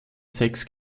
sechs